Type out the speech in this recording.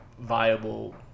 viable